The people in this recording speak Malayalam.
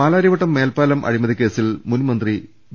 പാലാരിവട്ടം മേൽപാലം അഴിമതി കേസിൽ മുൻമന്ത്രി വി